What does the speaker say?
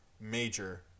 major